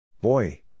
Boy